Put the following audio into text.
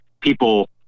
people